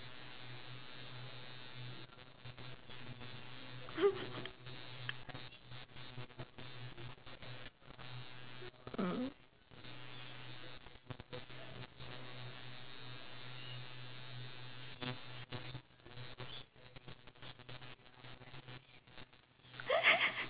mm